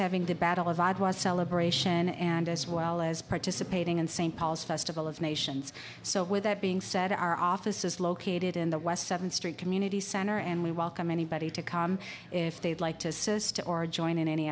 having the battle of god was a celebration and as well as participating in st paul's festival of nations so with that being said our office is located in the west seventh street community center and we welcome anybody to come if they'd like to says to or join in any